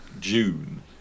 June